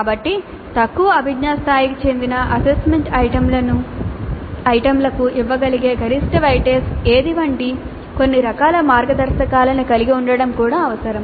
కాబట్టి తక్కువ అభిజ్ఞా స్థాయికి చెందిన అసెస్మెంట్ ఐటెమ్లకు ఇవ్వగలిగే గరిష్ట వెయిటేజ్ ఏది వంటి కొన్ని రకాల మార్గదర్శకాలను కలిగి ఉండటం కూడా అవసరం